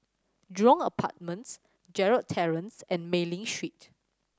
Jurong Apartments Gerald Terrace and Mei Ling Street